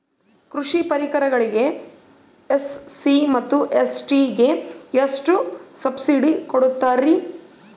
ಕೃಷಿ ಪರಿಕರಗಳಿಗೆ ಎಸ್.ಸಿ ಮತ್ತು ಎಸ್.ಟಿ ಗೆ ಎಷ್ಟು ಸಬ್ಸಿಡಿ ಕೊಡುತ್ತಾರ್ರಿ?